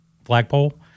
flagpole